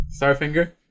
Starfinger